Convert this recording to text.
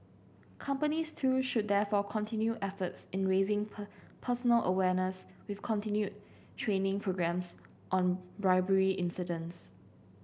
companies too should therefore continue efforts in raising per personal awareness with continued training programmes on bribery incidents